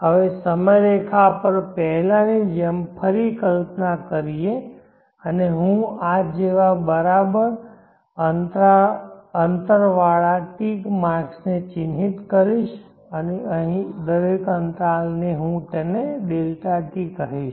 હવે સમયરેખા પર પહેલાંની જેમ ફરી કલ્પના કરીએ અને હું આ જેવા બરાબર અંતરવાળા ટિક માર્કસને ચિહ્નિત કરીશ અને અહીં દરેક અંતરાલ હું તેને Δt કરીશ